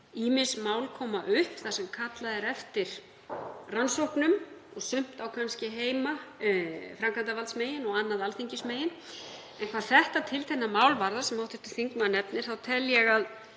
ýmis mál koma upp þar sem kallað er eftir rannsóknum og sumt á kannski heima framkvæmdarvalds megin og annað Alþingis megin. Hvað þetta tiltekna mál varðar sem hv. þingmaður nefnir tel ég